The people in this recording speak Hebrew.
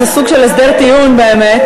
זה סוג של הסדר טיעון באמת,